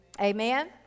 amen